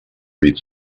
read